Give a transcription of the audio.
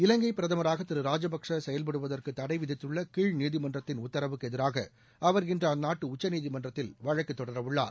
இலங்கை பிரதமராக திரு ராஜபக்ஷே செயல்படுவதற்கு தடை விதித்துள்ள கீழ் நீதிமன்றத்தின் உத்தரவுக்கு எதிராக அவர் இன்று அந்நாட்டு உச்சநீதிமன்றத்தில் வழக்கு தொடரவுள்ளார்